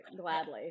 gladly